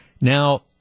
Now